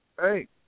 Hey